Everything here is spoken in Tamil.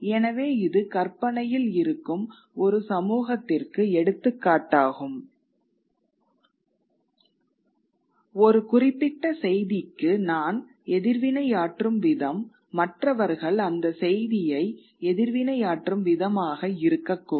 எனவே இது கற்பனையில் இருக்கும் ஒரு சமூகத்திற்கு எடுத்துக்காட்டாகும் ஒரு குறிப்பிட்ட செய்திக்கு நான் எதிர்வினையாற்றும் விதம் மற்றவர்கள் அந்தச் செய்தியை எதிர்வினையாற்றும் விதமாக இருக்கக்கூடும்